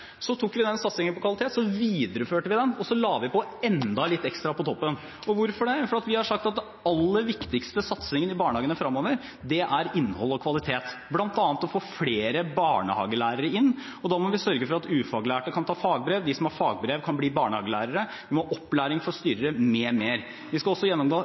Så tok vi den satsingen på kvalitet, og så videreførte vi den, og så la vi på enda litt ekstra på toppen – og hvorfor det? Fordi vi har sagt at den aller viktigste satsingen når det gjelder barnehagene fremover, er innhold og kvalitet, bl.a. å få inn flere barnehagelærere, og da må vi sørge for at ufaglærte kan ta fagbrev, at de som har fagbrev, kan bli barnehagelærere, vi må ha opplæring for styrere m.m. Vi skal også